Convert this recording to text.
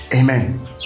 amen